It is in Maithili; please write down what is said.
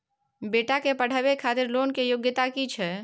बेटा के पढाबै खातिर लोन के योग्यता कि छै